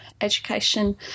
education